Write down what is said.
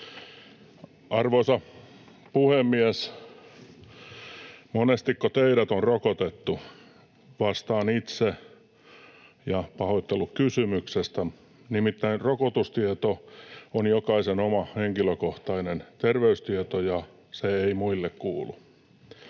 Arvoisa puhemies! Monestiko teidät on rokotettu? Vastaan itse, ja pahoittelut kysymyksestä, nimittäin rokotustieto on jokaisen oma henkilökohtainen terveystieto ja se ei muille kuulu.